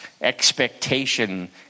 expectation